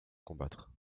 combattre